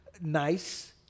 nice